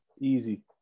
Easy